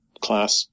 class